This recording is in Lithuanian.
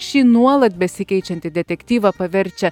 šį nuolat besikeičiantį detektyvą paverčia